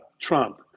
Trump